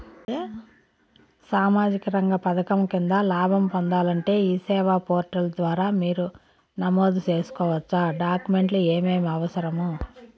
సామాజిక రంగ పథకం కింద లాభం పొందాలంటే ఈ సేవా పోర్టల్ ద్వారా పేరు నమోదు సేసుకోవచ్చా? డాక్యుమెంట్లు ఏమేమి అవసరం?